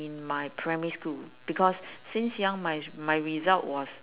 in my primary school because since young my my result was